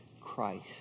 Christ